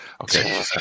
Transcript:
Okay